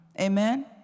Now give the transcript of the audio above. Amen